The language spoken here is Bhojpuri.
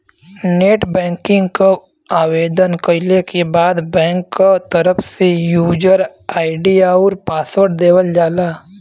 नेटबैंकिंग क आवेदन कइले के बाद बैंक क तरफ से यूजर आई.डी आउर पासवर्ड देवल जाला